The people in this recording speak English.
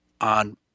on